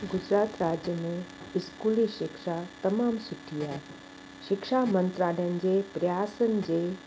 गुजरात राज्य में स्कूली शिक्षा तमामु सुठी आहे शिक्षा मंत्राल्यनि जे प्रयासनि जे